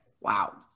Wow